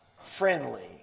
friendly